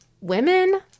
women